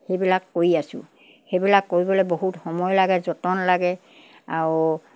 সেইবিলাক কৰি আছোঁ সেইবিলাক কৰিবলৈ বহুত সময় লাগে যতন লাগে আৰু